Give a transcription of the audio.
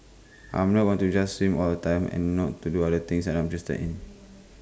I am not going to just swim all the time and not to do other things that I am interested in